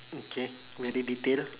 okay very detailed ah